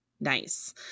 nice